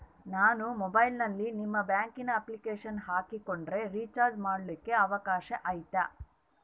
ನಾನು ಮೊಬೈಲಿನಲ್ಲಿ ನಿಮ್ಮ ಬ್ಯಾಂಕಿನ ಅಪ್ಲಿಕೇಶನ್ ಹಾಕೊಂಡ್ರೆ ರೇಚಾರ್ಜ್ ಮಾಡ್ಕೊಳಿಕ್ಕೇ ಅವಕಾಶ ಐತಾ?